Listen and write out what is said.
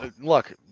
Look